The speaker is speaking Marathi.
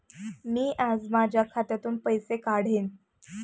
मी आज माझ्या खात्यातून पैसे काढेन